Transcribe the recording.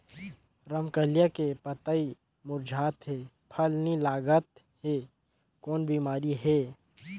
रमकलिया के पतई मुरझात हे फल नी लागत हे कौन बिमारी हे?